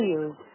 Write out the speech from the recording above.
use